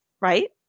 right